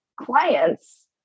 clients